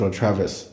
Travis